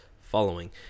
following